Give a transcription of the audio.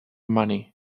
money